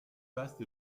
vaste